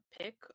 pick